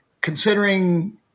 considering